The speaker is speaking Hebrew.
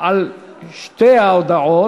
על שתי ההודעות,